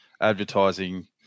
advertising